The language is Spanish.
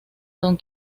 don